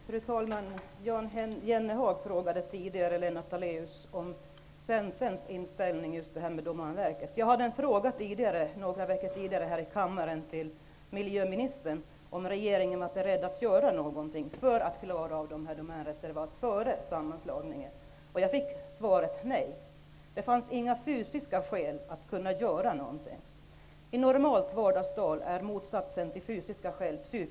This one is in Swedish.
Fru talman! Jan Jennehag frågade tidigare Lennart Daléus om Centerns inställning just när det gäller Domänverket. Själv framställde jag för några veckor sedan en fråga till miljöministern. Jag frågade om regeringen var beredd att göra något för att klara av de här Domänreservaten före sammanslagningen. Svaret var ett nej. Det fanns inga fysiska skäl att göra någonting. Psykiska skäl är i normalt vardagstal motsatsen till fysiska skäl.